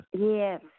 Yes